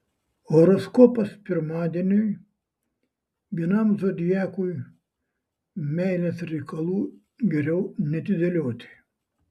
horoskopas pirmadieniui vienam zodiakui meilės reikalų geriau neatidėlioti